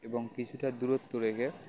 এবং কিছুটা দূরত্ব রেখে